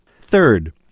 Third